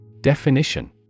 Definition